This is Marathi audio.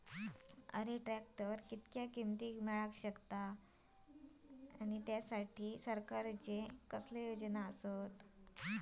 ट्रॅक्टर कितक्या किमती मरेन मेळाक शकता आनी सरकारचे कसले योजना आसत त्याच्याखाती?